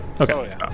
Okay